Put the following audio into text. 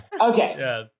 Okay